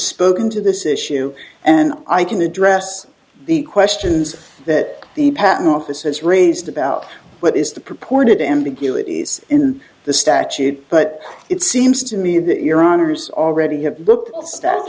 spoken to this issue and i can address the questions that the patent office has raised about what is the purported ambiguities in the statute but it seems to me that your honors already have looked